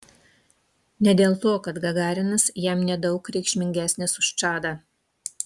ne dėl to kad gagarinas jam nedaug reikšmingesnis už čadą